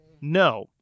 No